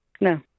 No